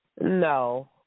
No